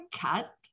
cut